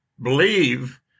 believe